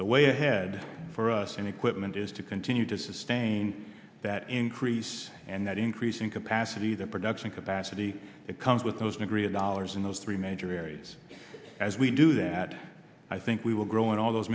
the way ahead for us in equipment is to continue to sustain that increase and that increase in capacity the production capacity that comes with those integrated dollars in those three major areas as we do that i think we will grow in all those